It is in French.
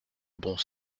bons